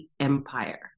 empire